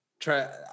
try